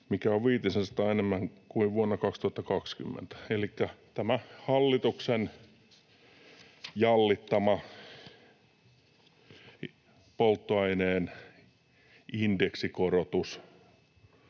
viitisensataa enemmän kuin vuonna 2020.” Elikkä tämä hallituksen jallittama polttoaineen ”indeksikorotus”,